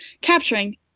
capturing